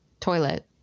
toilet